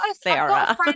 Sarah